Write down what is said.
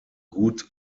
gut